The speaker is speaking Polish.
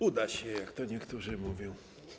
Uda się, jak to niektórzy mówią.